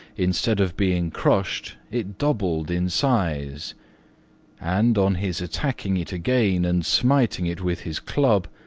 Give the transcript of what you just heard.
instead of being crushed it doubled in size and, on his attacking it again and smiting it with his club,